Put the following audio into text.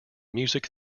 music